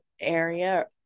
area